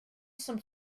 some